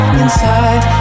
inside